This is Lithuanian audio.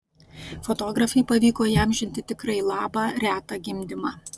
fotografei pavyko įamžinti tikrai labą retą gimdymą